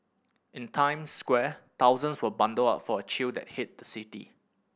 in Times Square thousands were bundled up for a chill that hit the city